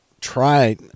try